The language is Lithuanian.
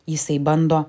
jisai bando